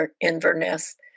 Inverness